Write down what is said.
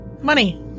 Money